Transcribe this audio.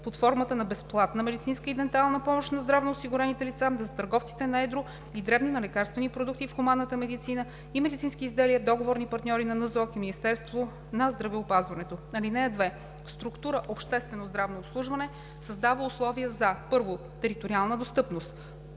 под формата на безплатна медицинска и дентална помощ на здравноосигурените лица, за търговците на едро и дребно на лекарствени продукти в хуманната медицина и медицински изделия, договорни партньори на НЗОК и Министерството на здравеопазването. (2) Структура „Обществено здравно обслужване“ създава условия за: 1. териториална достъпност: